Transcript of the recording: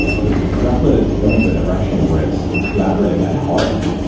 because repl it is going to a direction where it's collaborative at heart.